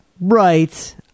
right